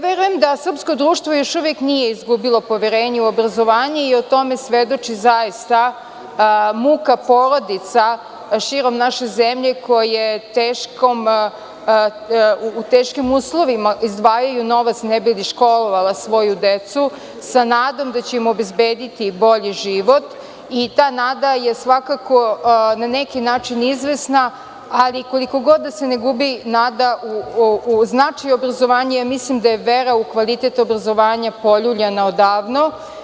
Verujem da srpsko društvo još uvek nije izgubilo poverenje u obrazovanje i o tome svedoči zaista muka porodica širom naše zemlje koji u teškim uslovima izdvajaju novac ne bili školovala svoju decu sa nadom da će im obezbediti bolji život i ta nada je svakako na neki način izvesna, ali koliko god da se ne gubi nada u značaj obrazovanja, mislim da je vera u kvalitet obrazovanja poljuljana odavno.